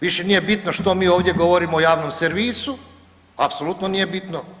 Više nije bitno što mi ovdje govorimo o javnom servisu, apsolutno nije bitno.